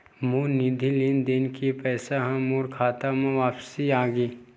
मोर निधि लेन देन के पैसा हा मोर खाता मा वापिस आ गे